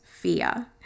fear